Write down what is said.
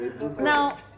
Now